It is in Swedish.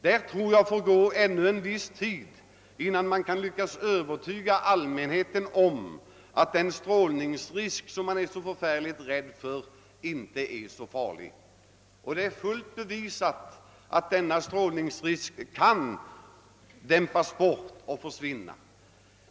Det måste gå ännu en viss tid innan man kan lyckas övertyga allmänheten om att den strålningsrisk som man är så förfärligt rädd för inte är så farlig. Det är fullt bevisat, att denna strålningsrisk kan dämpas och fås att praktiskt taget helt försvinna.